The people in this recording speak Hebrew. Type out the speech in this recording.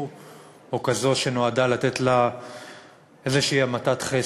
או כזאת שנועדה לתת לה איזו המתת חסד.